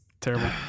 terrible